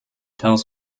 tells